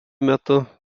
metu